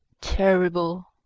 terrible